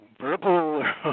verbal